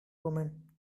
woman